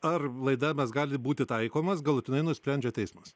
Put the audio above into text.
ar laidavimas gali būti taikomas galutinai nusprendžia teismas